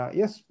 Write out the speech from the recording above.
yes